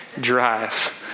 drive